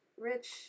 rich